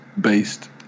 based